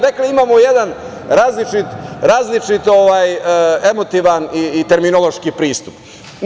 Dakle, imamo jedan različit emotivan i terminološki pristup.